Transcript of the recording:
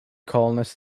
colonists